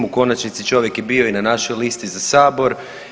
U konačnici čovjek je bio i na našoj listi za Sabor.